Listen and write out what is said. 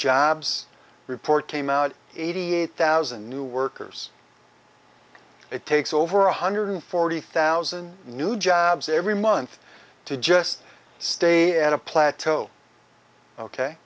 jobs report came out eighty eight thousand new workers it takes over one hundred forty thousand new jobs every month to just stay at a plateau ok